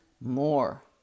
more